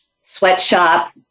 sweatshop